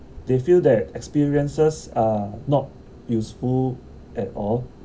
they feel that experiences are not useful at all